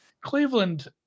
Cleveland